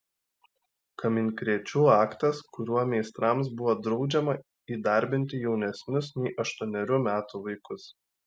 kaminkrėčių aktas kuriuo meistrams buvo draudžiama įdarbinti jaunesnius nei aštuonerių metų vaikus